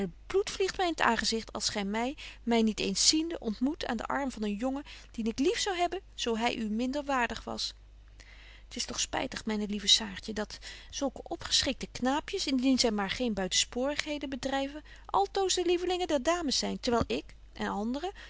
vliegt my in t aangezicht als gy my my niet eens ziende ontmoet aan den arm van een jongen dien ik lief zou hebben zo hy u minder waardig was t is toch spytig myne lieve saartje dat zulke opgeschikte knaapjes indien zy maar geen buitensporigheden bedryven altoos de lievelingen der dames zyn terwyl ik en andren